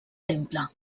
temple